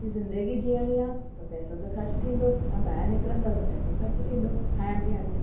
की ज़िंदगी जीअणी आहे त पैसो त ख़र्च थींदो तव्हां ॿाहिरि निकिरींदो त पैसो ख़र्च थींदो खाइण पीअण ते